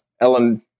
Ellen